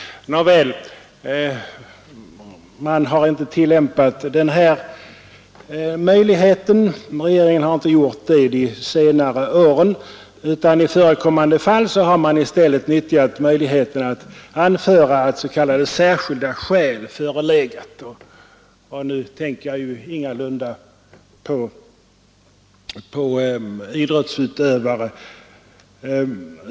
Nåväl, man har inte tillämpat den här möjligheten. Regeringen har inte gjort det under de senare åren utan i förekommande fall i stället utnyttjat möjligheten att anföra att s.k. särskilda skäl förelegat — nu tänker jag ingalunda på idrottsutövare.